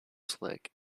slick